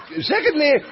Secondly